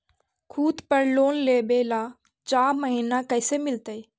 खूत पर लोन लेबे ल चाह महिना कैसे मिलतै?